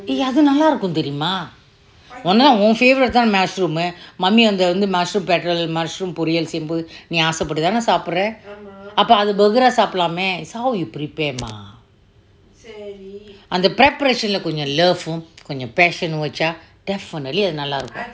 eh அதெ நல்ல இறக்கும் தெரியுமா ஆனா உன்:ate nalla irakkum teriyumah anaa un favourite தான்:thaan mushroom mummy அந்த:anthe mushroom பிரட்டல்:pirattal mushroom பொறியில் செய்யுமோதே நீ அசை பட்டே தானே சபேடெரே அப்பே அதே:poriyil ceyyumote ni acai patte tane capetere appe ate burger ah சாப்பிடேலாமே:cappitelame it's how you prepare mah அந்த:anta preparation leh கொஞ்சேம்:konjem love uh கொஞ்சேம்:konjem passion uh definitely அதே நல்ல இருக்கும்:athe nalla irukum